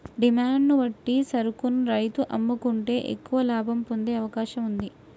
demand ను బట్టి సరుకును రైతు అమ్ముకుంటే ఎక్కువ లాభం పొందే అవకాశం వుంది